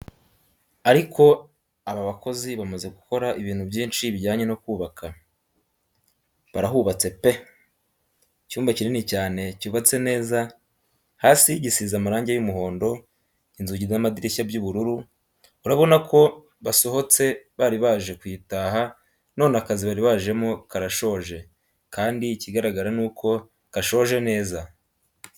Ariko aba bakozi bamaze gukora ibintu byinshi bijyanye no kubaka, barahubatse pe! Icyumba kinini cyane cyubatse neza, hasi gisize amarangi y'umuhondo, inzugi n'amadirishya by'ubururu, urabona ko basohotse bari baje kuyitaha none akazi bari bajemo karashoje kandi ikigaragara nuko gashoje neza.